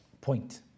point